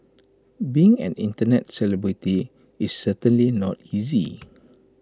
being an Internet celebrity is certainly not easy